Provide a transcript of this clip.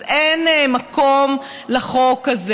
אז אין מקום לחוק הזה.